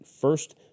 first